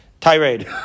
tirade